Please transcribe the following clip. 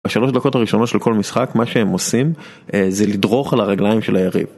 בשלוש הדקות הראשונות של כל משחק, מה שהם עושים זה לדרוך על הרגליים של היריב.